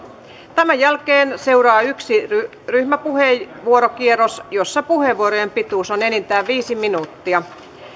tämän jälkeen seuraa yksi ryhmäpuheenvuorokierros jossa puheenvuorojen pituus on enintään viisi minuuttia